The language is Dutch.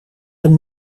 hem